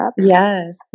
Yes